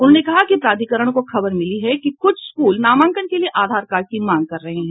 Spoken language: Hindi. उन्होंने कहा कि प्राधिकरण को खबर मिली है कि कुछ स्कूल नामांकन के लिए आधार कार्ड की मांग कर रहे हैं